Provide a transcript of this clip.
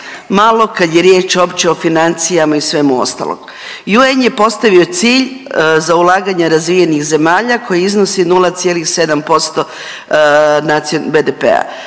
malo kad je riječ opće o financija i svemu ostalom. I UN je postavio cilj za ulaganja razvijenih zemalja koji iznosi 0,7% BDP-a.